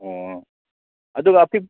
ꯑꯣ ꯑꯗꯨꯒ